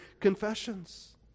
Confessions